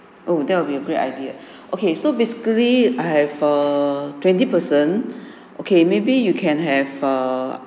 oh that would be a great idea okay so basically I have a twenty person okay maybe you can have a